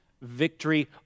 victory